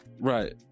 right